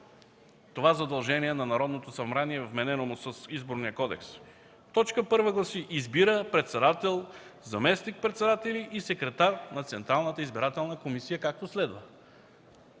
това задължение на Народното събрание, вменено му с Изборния кодекс. Точка първа гласи: „Избира председател, заместник-председатели и секретар на Централната избирателна комисия, както следва”.